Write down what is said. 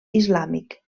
islàmic